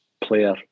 player